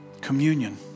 Communion